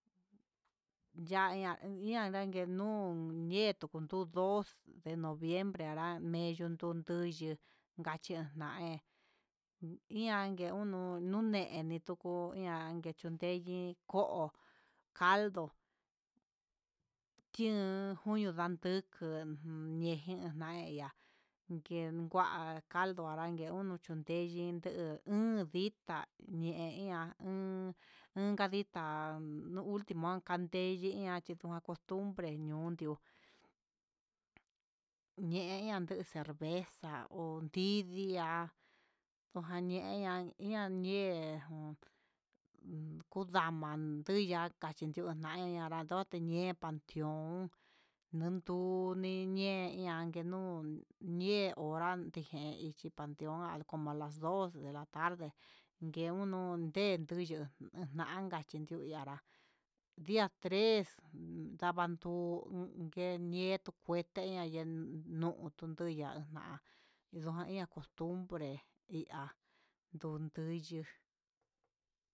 Ya'a na ian nangue nun yendu kuñuu dos, de noviembre anra yenu nunduu duyuu, achin naé ian nguu unu, nuneni tuku ian ndue chunden ko'o, caldo tiun koño ndatuku, nejin nan ihá nguen ngua caldo anrangue uño chunde hí úu ñee ditá ñe iha uun, unka dita no ultimo kandé yiniá kochino costumbre ñuu di'ó ñé ñanduu cerveza ñandu tundidi'a kuxuña kojandee dee kun ndama nguu, ya'a chindio añara ña'a ndote ian pantión, ndondu ni ihá kandu nuu ñe'e onguan tijé he ichi ondujan como alas dos de tarde nguiuno ndee nduyu unanka kinde janrá, diá tres un ndava nduu ngue ñieto cuete yandu uun ndu tutu ñanjá ndu'a ian costumbre ihá ndunduyu.